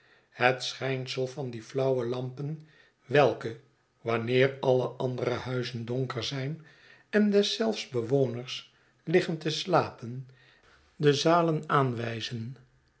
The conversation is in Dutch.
het schijnsel van die flauwe lampen welke wanneer alle andere huizen donker zijn en deszelfs bewoners liggen te slapen de zalen aanwijzen